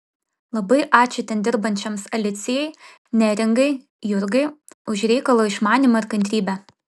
labai ačiū ten dirbančioms alicijai neringai jurgai už reikalo išmanymą ir kantrybę